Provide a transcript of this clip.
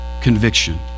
conviction